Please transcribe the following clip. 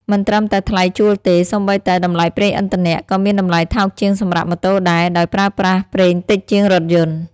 មិនត្រឹមតែថ្លៃជួលទេ សូម្បីតែ តម្លៃប្រេងឥន្ធនៈ ក៏មានតម្លៃថោកជាងសម្រាប់ម៉ូតូដែរ ដោយប្រើប្រាស់ប្រេងតិចជាងរថយន្ត។